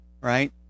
right